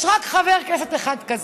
יש רק חבר כנסת אחד כזה.